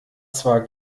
zwar